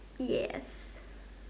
yes